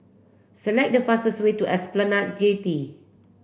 select the fastest way to Esplanade Jetty